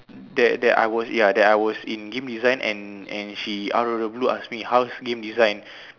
that that I was ya that I was in game design and and she out of the blue ask me how's game design